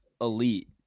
elite